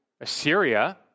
Assyria